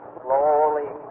slowly